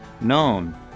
known